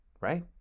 right